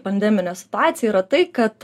pandemine situacija yra tai kad